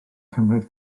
cymryd